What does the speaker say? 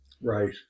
Right